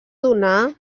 donar